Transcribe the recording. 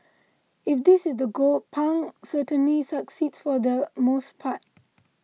if this is the goal Pang certainly succeeds for the most part